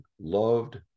loved